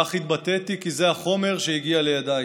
כך התבטאתי, כי זה החומר שהגיע לידיי.